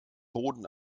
boden